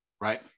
right